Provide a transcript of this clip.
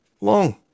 long